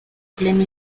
pleno